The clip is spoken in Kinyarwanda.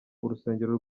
urusengero